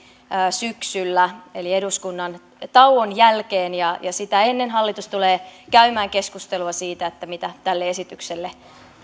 syksyllä eli eduskunnan tauon jälkeen sitä ennen hallitus tulee käymään keskustelua siitä mitä tälle esitykselle